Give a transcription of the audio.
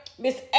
Miss